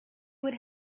would